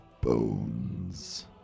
bones